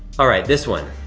all right, this one.